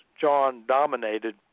John-dominated